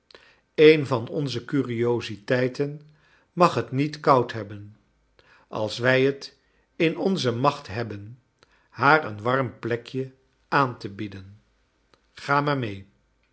een van onze curiositeiten mag het niet koud hebben als wij t in onze macht hebben haar een warm plekje aan te bieden g a maar rnee